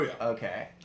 okay